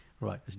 Right